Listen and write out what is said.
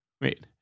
Wait